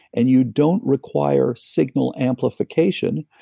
and you don't require signal amplification,